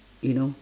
you know